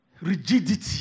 rigidity